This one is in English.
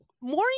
Maureen